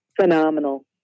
phenomenal